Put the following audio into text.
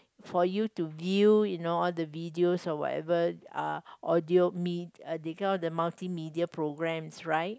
for you to view you know all the videos or whatever uh audio me~ they got all the multimedia programs right